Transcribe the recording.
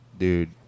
Dude